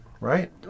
right